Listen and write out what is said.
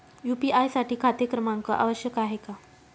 UPI साठी खाते क्रमांक आवश्यक आहे का?